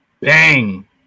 Bang